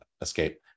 escape